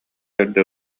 эрдэ